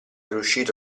riuscito